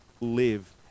live